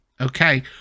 Okay